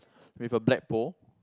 with a black bowl